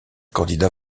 candidat